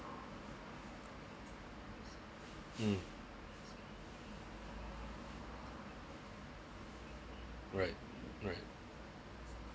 mm right right